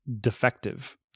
defective